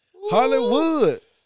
Hollywood